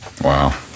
wow